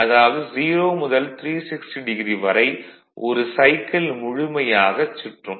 அதாவது 0 முதல் 360 டிகிரி வரை ஒரு சைக்கிள் முழுமையாகச் சுற்றும்